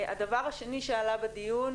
הדבר השני שעלה בדיון,